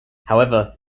however